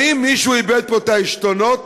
האם מישהו איבד פה את העשתונות?